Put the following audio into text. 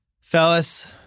Fellas